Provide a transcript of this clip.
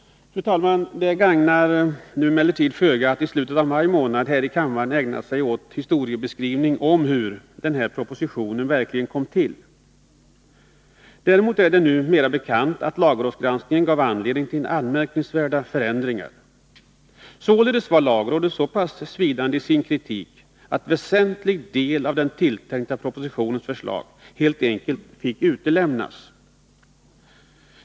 Fru talman! Det gagnar emellertid nu föga att i slutet av maj månad här i kammaren ägna sig åt historiebeskrivning av hur denna proposition verkligen kom till. Däremot är det mera bekant att lagrådsgranskningen gav anledning till anmärkningsvärda förändringar. Således var lagrådet så pass svidande i sin kritik att en väsentlig del av den tilltänkta propositionens förslag helt enkelt fick utelämnas.